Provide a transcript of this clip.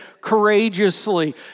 courageously